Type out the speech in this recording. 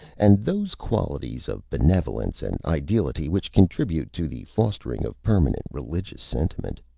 and those qualities of benevolence and ideality which contribute to the fostering of permanent religious sentiment.